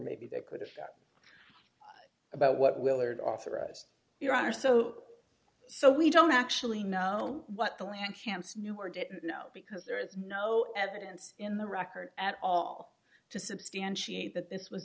they could have about what willard authorized there are so so we don't actually know what the land camps knew or didn't know because there is no evidence in the record at all to substantiate that this was